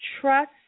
Trust